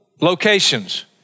locations